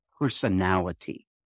personality